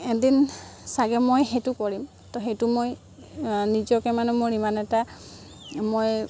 এদিন চাগে মই সেইটো কৰিম ত' সেইটো মই নিজকে মানে মোৰ ইমান এটা মই